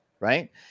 Right